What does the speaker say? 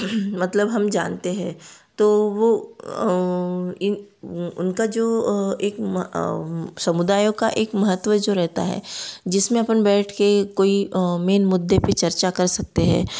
मतलब हम जानते हैं तो वह उनका जो एक समुदायों का एक महत्व जो रहता है जिसमें अपन बैठ कर कोई मेन मुद्दे पर चर्चा कर सकते हैं